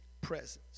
presence